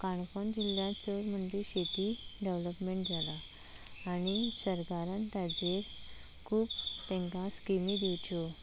काणकोण जिल्ल्यांत चड म्हणजे शेती डॅवलॉपमॅण जालां आनी सरकारान ताजेर खूप तेंकां स्किमी दिवच्यो